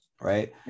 right